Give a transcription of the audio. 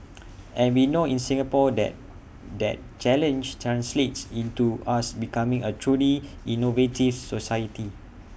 and we know in Singapore that that challenge translates into us becoming A truly innovative society